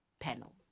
panel